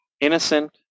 innocent